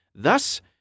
thus